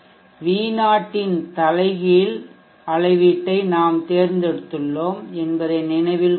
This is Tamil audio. V0 இன் தலைகீழ் ரிவெர்ஸ்அளவீட்டை நாம் தேர்ந்தெடுத்துள்ளோம் என்பதை நினைவில் கொள்க